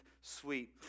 sweet